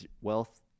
wealth